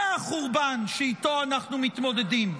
זה החורבן שאיתו אנחנו מתמודדים,